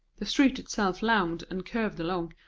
the street itself lounged and curved along,